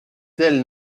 telle